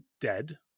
dead